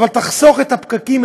אבל תחסוך את הפקקים,